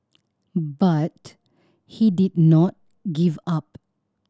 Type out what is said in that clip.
but he did not give up